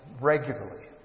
regularly